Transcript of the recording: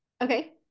Okay